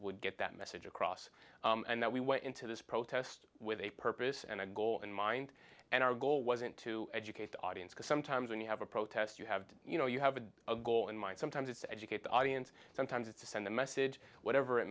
would get that message across and that we went into this protest with a purpose and a goal in mind and our goal wasn't to educate the audience because sometimes when you have a protest you have to you know you have a goal in mind sometimes it's educate the audience sometimes it's to send the message whatever it